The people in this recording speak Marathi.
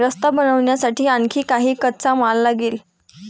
रस्ता बनवण्यासाठी आणखी काही कच्चा माल लागेल